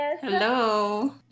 Hello